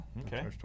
okay